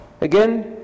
Again